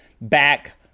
back